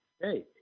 Hey